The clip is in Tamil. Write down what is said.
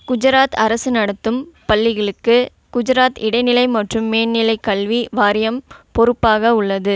குஜராத் அரசு நடத்தும் பள்ளிகளுக்கு குஜராத் இடைநிலை மற்றும் மேல்நிலைக் கல்வி வாரியம் பொறுப்பாக உள்ளது